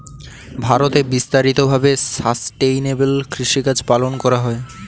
ভারতে বিস্তারিত ভাবে সাসটেইনেবল কৃষিকাজ পালন করা হয়